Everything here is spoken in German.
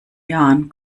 jahren